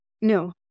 No